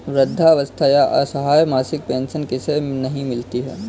वृद्धावस्था या असहाय मासिक पेंशन किसे नहीं मिलती है?